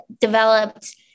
developed